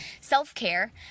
self-care